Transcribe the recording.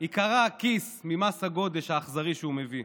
ייקרע הכיס ממס הגודש האכזרי שהוא מביא,